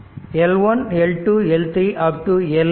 L1 L 2 L 3